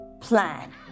plan